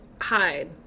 hide